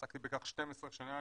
עסקתי בכך 12 שנים,